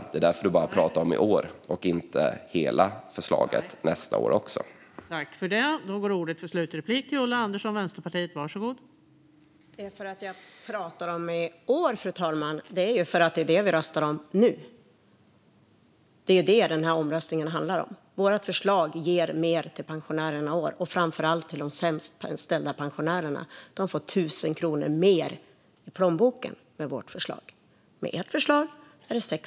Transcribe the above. Det är därför som ni bara talar om i år och inte om hela förslaget också nästa år.